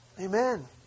Amen